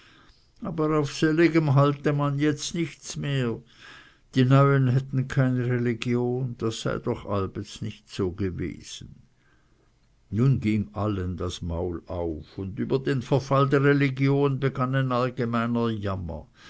aber auf selligem halte man jetzt nichts mehr die neuen hätten keine religion das sei doch allbets nicht so gewesen nun ging allen das maul auf und über den verfall der religion begann ein allgemeiner jammer